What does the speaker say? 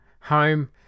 home